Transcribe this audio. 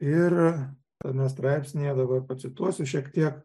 ir tame straipsnyje dabar pacituosiu šiek tiek